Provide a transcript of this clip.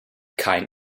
kein